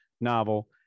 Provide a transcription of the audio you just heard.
novel